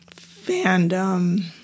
Fandom